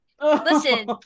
Listen